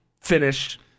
finish